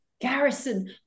Garrison